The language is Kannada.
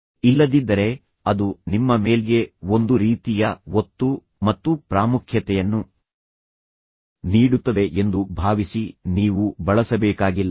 ಇಲ್ಲದಿದ್ದರೆ ಅದು ನಿಮ್ಮ ಮೇಲ್ಗೆ ಒಂದು ರೀತಿಯ ಒತ್ತು ಮತ್ತು ಪ್ರಾಮುಖ್ಯತೆಯನ್ನು ನೀಡುತ್ತದೆ ಎಂದು ಭಾವಿಸಿ ನೀವು ಬಳಸಬೇಕಾಗಿಲ್ಲ